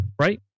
right